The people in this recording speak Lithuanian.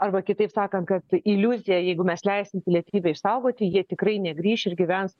arba kitaip sakant kad iliuzija jeigu mes leisim pilietybę išsaugoti jie tikrai negrįš ir gyvens